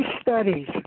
studies